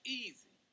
easy